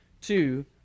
two